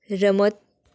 રમત